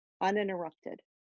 uninterrupted